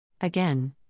Again